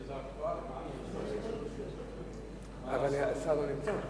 אם כך, מכיוון שהשר לא נמצא,